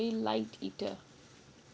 I'm a very light eater